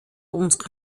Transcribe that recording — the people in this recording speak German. unsere